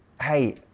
Hey